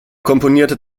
komponierte